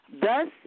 Thus